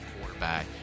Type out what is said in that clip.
quarterback